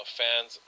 fans